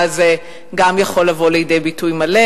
הזה גם הוא יכול לבוא לידי ביטוי מלא.